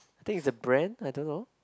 I think is a brand I don't know